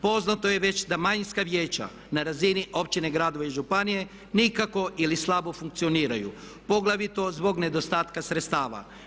Poznato je već da manjinska vijeća na razini općine, grada, županije nikako ili slabo funkcioniraju poglavito zbog nedostatka sredstava.